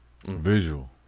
Visual